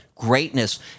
Greatness